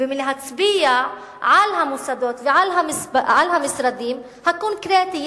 ולהצביע על המוסדות ועל המשרדים הקונקרטיים